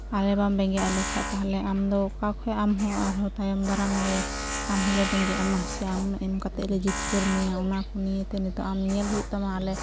ᱟᱞᱮ ᱵᱟᱢ ᱵᱮᱸᱜᱮᱫ ᱟᱞᱮ ᱠᱷᱟᱡ ᱛᱟᱦᱚᱞᱮ ᱟᱢ ᱫᱚ ᱚᱠᱟ ᱠᱷᱚᱡᱟᱢ ᱮᱢ ᱟᱨ ᱦᱚᱸ ᱛᱟᱭᱚᱢ ᱫᱟᱨᱟᱢ ᱞᱮ ᱟᱢ ᱦᱚᱸᱞᱮ ᱵᱮᱸᱜᱮᱫ ᱟᱢᱟ ᱥᱮ ᱟᱢ ᱮᱢ ᱠᱟᱛᱮᱫ ᱞᱮ ᱡᱤᱛᱠᱟᱹᱨ ᱢᱮᱭᱟ ᱚᱱᱟ ᱠᱚ ᱱᱤᱭᱟᱹ ᱱᱤᱛᱚᱜ ᱟᱢ ᱧᱮᱞ ᱦᱩᱭᱩᱜ ᱛᱟᱢᱟ ᱟᱞᱮ